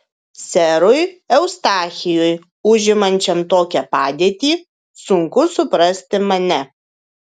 serui eustachijui užimančiam tokią padėtį sunku suprasti mane